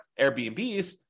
Airbnbs